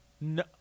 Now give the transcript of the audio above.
No